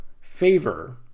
favor